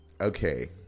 Okay